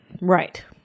Right